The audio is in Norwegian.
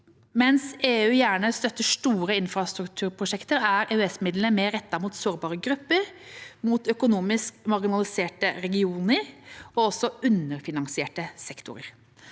Mens EU gjerne støtter store infrastrukturprosjekter, er EØS-midlene mer rettet mot sårbare grupper, økonomisk marginaliserte regioner og underfinansierte sektorer.